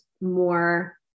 more